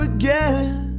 again